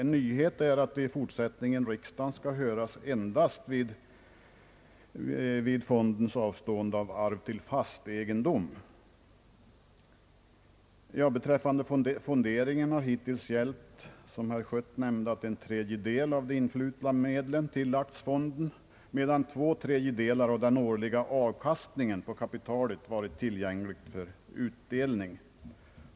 En nyhet är att riksdagen i fortsättningen skall höras endast vid fondens avstående av arv i form av fast egendom. Beträffande fonderingen har hittills gällt, som herr Schött här nämnde, att en tredjedel av de influtna medlen lagts till fonden, medan två tredjedelar av den årliga avkastningen på kapitalet varit tillgängliga för utdelning.